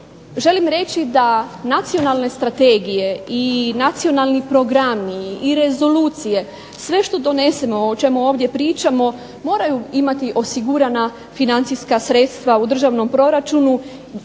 želim reći da nacionalne strategije i nacionalni programi i rezolucije, sve što donesemo, o čemu ovdje pričamo moraju imati osigurana financijska sredstva u državnom proračunu.